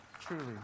Truly